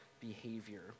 Behavior